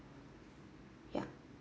ya